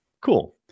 Cool